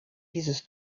dieses